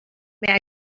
may